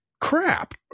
crap